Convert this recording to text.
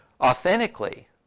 Authentically